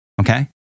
okay